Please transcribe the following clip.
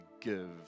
give